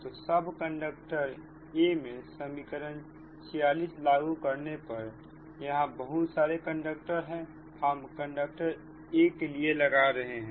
तो सब conductor ' a' मे समीकरण 46 लागू करने पर यहां बहुत सारे कंडक्टर है हम कंडक्टर a के लिए लगा रहे हैं